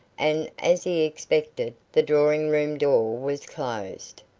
and, as he expected, the drawing-room door was closed,